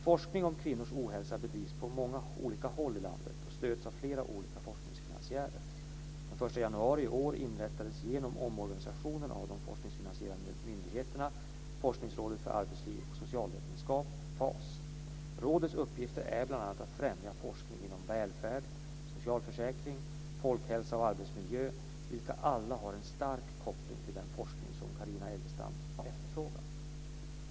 Forskning om kvinnors ohälsa bedrivs på många olika håll i landet och stöds av flera olika forskningsfinansiärer. Den 1 januari i år inrättades genom omorganisationen av de forskningsfinansierande myndigheterna Forskningsrådet för arbetsliv och socialvetenskap, FAS. Rådets uppgifter är bl.a. att främja forskning inom välfärd, socialförsäkring, folkhälsa och arbetsmiljö, vilka alla har en stark koppling till den forskning som Carina Elgestam efterfrågar.